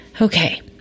Okay